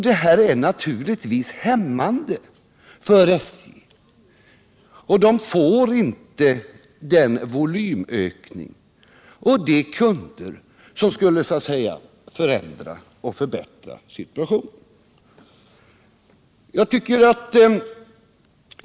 Detta verkar naturligtvis hämmande för SJ, som då inte får den volymökning och de kunder som skulle förändra och förbättra situationen.